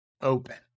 open